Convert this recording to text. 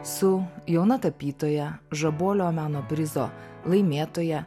su jauna tapytoja žabolio meno prizo laimėtoja